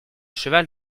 cheval